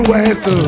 West